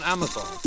Amazon